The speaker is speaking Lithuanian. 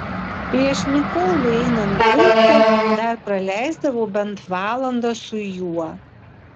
prieš nikolui einant gulti dar praleisdavo bent valandą su juo